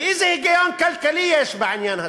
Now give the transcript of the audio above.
ואיזה היגיון כלכלי יש בעניין הזה?